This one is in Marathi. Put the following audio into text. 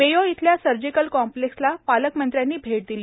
मेयो येथील सर्जिकल कॉम्प्लेक्सला पालकमंत्र्यांनी भेट दिली